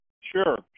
Sure